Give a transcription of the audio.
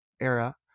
era